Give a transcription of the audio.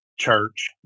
church